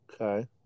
Okay